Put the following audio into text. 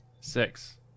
Six